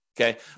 Okay